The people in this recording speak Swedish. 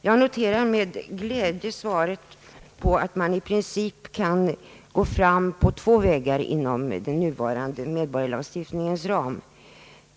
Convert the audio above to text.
Jag noterar med glädje beskedet att man i princip kan gå fram på två vägar inom den nuvarande medborgarskapslagstiftningens ram.